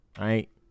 right